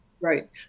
right